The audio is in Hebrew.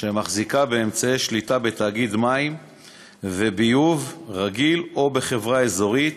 שמחזיקה באמצעי שליטה בתאגיד מים וביוב רגיל או בחברה אזורית,